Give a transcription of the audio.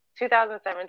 2017